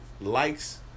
likes